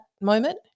moment